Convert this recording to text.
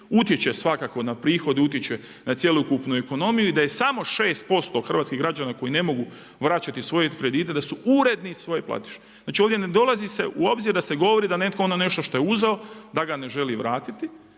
utječe svakako na prihod, utječe na cjelokupnu ekonomi i da je samo 6% hrvatskih građana koji ne mogu vraćati svoje kredite da su uredni svoje platiše. Znači ovdje ne dolazi se u obzir da se govori da netko ono nešto što je uzeo da ga ne želi vratiti,